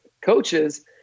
coaches